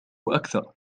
أكثر